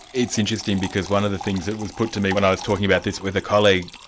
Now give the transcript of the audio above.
it's interesting, because one of the things that was put to me when i was talking about this with a colleague,